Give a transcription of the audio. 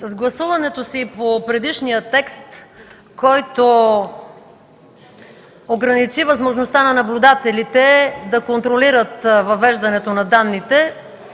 С гласуването си по предишния текст, който ограничи възможността на наблюдателите да контролират въвеждането на данните,